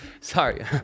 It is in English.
Sorry